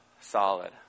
Solid